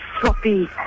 sloppy